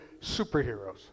superheroes